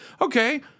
okay